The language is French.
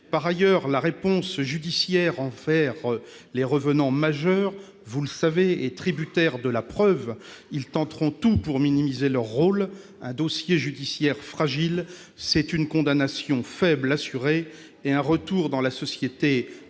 Par ailleurs, la réponse judiciaire envers les « revenants » majeurs est, vous le savez, tributaire de la preuve. Ils tenteront tout pour minimiser leur rôle. Un dossier judiciaire fragile, c'est l'assurance d'une condamnation faible et d'un retour dans la société